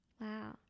Wow